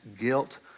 guilt